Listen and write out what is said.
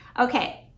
Okay